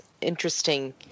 interesting